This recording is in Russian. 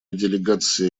делегация